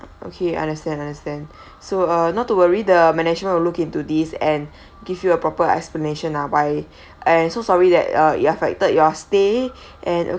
okay understand understand so err not to worry the management will look into this and give you a proper explanation ah why eh so sorry that uh it affected your stay and